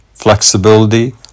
flexibility